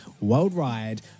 worldwide